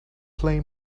play